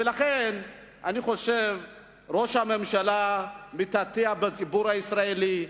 ולכן אני חושב שראש הממשלה מתעתע בציבור הישראלי.